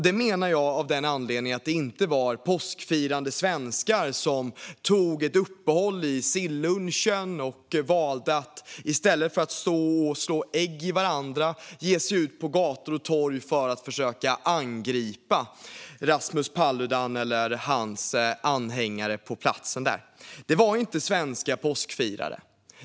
Det menar jag av den anledningen att det inte var påskfirande svenskar som tog ett uppehåll i sillunchen och i stället för att slå ägg mot varandra valde att ge sig ut på gator och torg för att försöka angripa Rasmus Paludan eller hans anhängare på plats. Det var inte svenska påskfirare.